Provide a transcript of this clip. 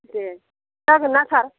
दे जागोन ना सार